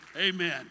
amen